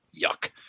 Yuck